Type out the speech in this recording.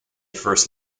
first